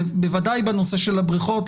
בוודאי בנושא של הבריכות,